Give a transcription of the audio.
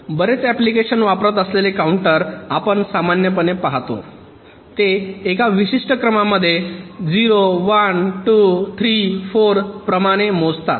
बरेच अँप्लिकेशन्स वापरत असलेले काउंटर आपण सामान्यपणे पाहता ते एका विशिष्ट क्रमामध्ये 0 1 2 3 4 प्रमाणे मोजतात